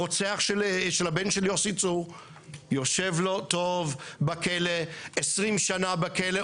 הרוצח של הבן של יוסי צור יושב לו טוב בכלא 20 שנה בכלא,